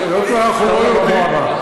חבר הכנסת טלב אבו עראר.